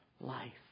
life